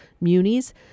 munis